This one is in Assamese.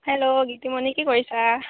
হেল্ল' গীতিমণি কি কৰিছা